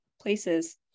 places